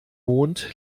mond